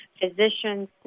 physicians